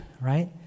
right